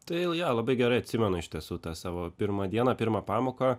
tai jo labai gerai atsimenu iš tiesų tą savo pirmą dieną pirmą pamoką